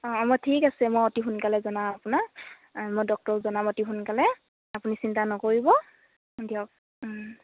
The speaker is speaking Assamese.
অঁ অঁ মই ঠিক আছে মই অতি সোনকালে জনাম আপোনাক মই ডক্টৰক জনাম অতি সোনকালে আপুনি চিন্তা নকৰিব দিয়ক